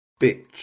bitch